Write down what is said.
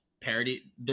parody